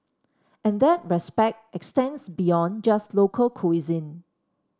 and that respect extends beyond just local cuisine